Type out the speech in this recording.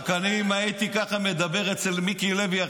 אם רק הייתי מדבר ככה אצל מיקי לוי,